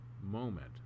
moment